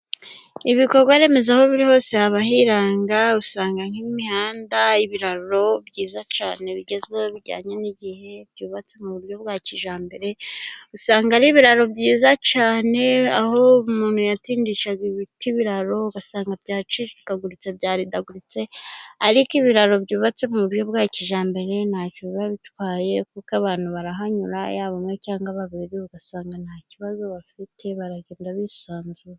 Ibikorwa remezo aho biri hose biriranga , usanga nk'imihanda , ibiraro byiza cyane bigezweho bijyanye n'igihe, byubatse mu buryo bwa kijyambere . Usanga ari ibiraro byiza cyane aho umuntu yatindishaga ibiti ibiraro, ugasanga byacikaguritse byaridaguritse, ariko ibiraro byubatse mu buryo bwa kijyambere ntacyo biba bitwaye kuko abantu barahanyura yaba umwe cyangwa babiri, ugasanga nta kibazo bafite baragenda bisanzuye.